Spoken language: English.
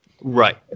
Right